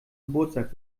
geburtstag